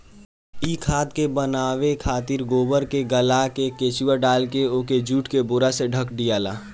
इ खाद के बनावे खातिर गोबर के गल्ला में केचुआ डालके ओके जुट के बोरा से ढक दियाला